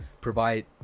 provide